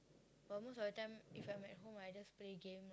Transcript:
but most of the time if I'm at home I just play game lah